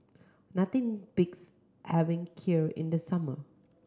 nothing beats having Kheer in the summer